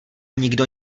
nikdo